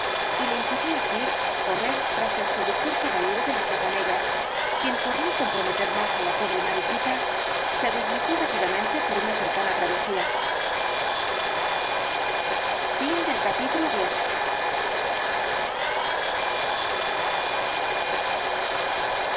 y le impidió así correr tras del seductor caballero de la capa negra quien por no comprometer más á la pobre mariquita se deslizó rápidamente por una cercana travesía el caballero